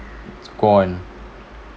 gone